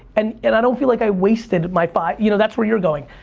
and and i don't feel like i wasted my five, you know that's where you're going,